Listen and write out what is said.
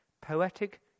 Poetic